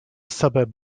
suburb